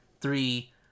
three